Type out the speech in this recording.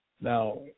Now